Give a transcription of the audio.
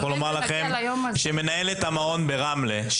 אני יכול לומר לכם שמנהלת המעון ברמלה,